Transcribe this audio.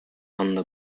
under